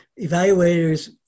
evaluators